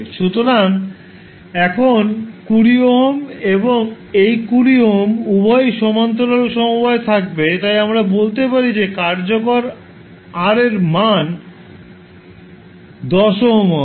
সুতরাং এখন 20 ওহম এবং এই 20 ওহম উভয়ই সমান্তরাল সমবায়ে থাকবে তাই আমরা বলতে পারি যে কার্যকর R এর মান 10 ওহম হবে